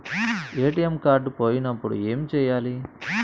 ATM card పోయినప్పుడు ఏమి చేయాలి?